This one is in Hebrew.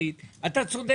ממי אתה רוצה תשובה?